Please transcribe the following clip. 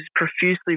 profusely